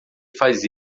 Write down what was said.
faz